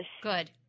Good